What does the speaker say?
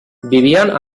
vivien